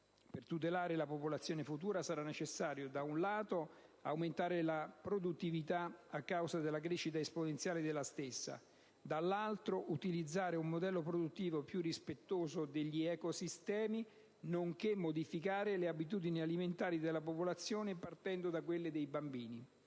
per tutelare la popolazione futura sarà necessario, da un lato, aumentare la produttività, a causa della crescita esponenziale della stessa; dall'altro, utilizzare un modello produttivo più rispettoso degli ecosistemi nonché modificare le abitudini alimentari della popolazione, partendo da quelle dei bambini.